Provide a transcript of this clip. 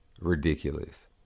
ridiculous